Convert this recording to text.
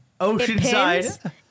Oceanside